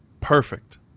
Perfect